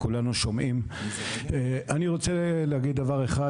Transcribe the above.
אני רוצה להגיד דבר אחד,